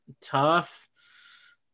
tough